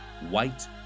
white